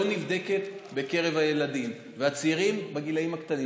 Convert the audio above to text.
לא נבדקת בקרב הילדים והצעירים בגילים הקטנים.